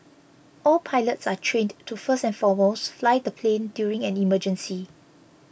all pilots are trained to first and foremost fly the plane during an emergency